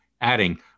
adding